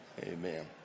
Amen